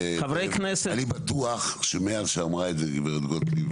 חברי כנסת --- אני בטוח שמאז שאמרה את זה גב' גוטליב,